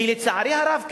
כי לצערי הרב,